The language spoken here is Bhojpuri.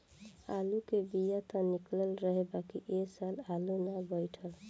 आलू के बिया त निकलल रहे बाकिर ए साल आलू ना बइठल